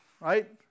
right